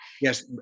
Yes